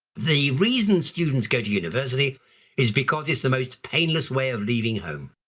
the reason students go to university is because it's the most painless way of leaving home.